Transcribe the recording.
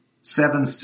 seven